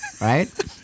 right